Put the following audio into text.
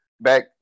back